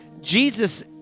Jesus